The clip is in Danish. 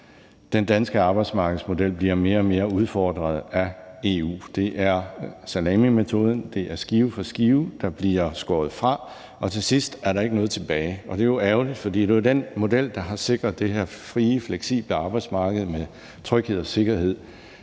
den danske arbejdsmarkedsmodel bliver mere og mere udfordret af EU. Det er salamimetoden, det er skive for skive, der bliver skåret fra, og til sidst er der ikke noget tilbage, og det er jo ærgerligt, for det er den model, der har sikret det her frie, fleksible arbejdsmarked med tryghed og sikkerhed